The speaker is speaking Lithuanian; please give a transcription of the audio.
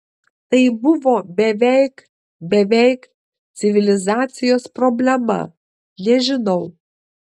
tai buvo beveik beveik civilizacijos problema nežinau